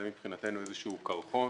זה מבחינתנו איזשהו קרחון